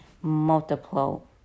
multiple